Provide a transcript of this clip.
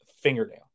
fingernail